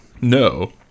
no